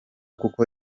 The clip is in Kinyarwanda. kuko